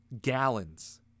gallons